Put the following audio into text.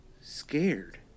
scared